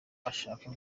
ashaka